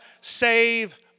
save